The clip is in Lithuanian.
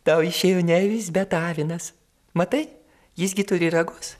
tau išėjo ne avis bet avinas matai jis gi turi ragus